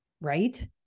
right